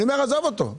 אני אומר שתעזוב אותו.